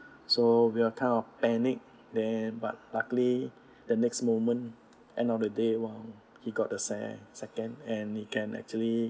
so we're kind of panic then but luckily the next moment and end of the day !wah! he got the se~ second and you can actually